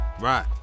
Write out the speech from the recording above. Right